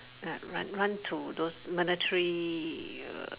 that run run to those military uh